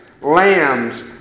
lambs